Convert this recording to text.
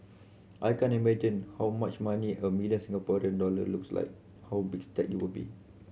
I can't imagine how much money a million Singaporean dollar looks like how big a stack it will be